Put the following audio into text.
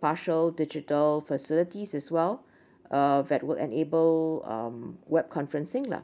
partial digital facilities as well uh that would enable um web conferencing lah